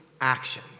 action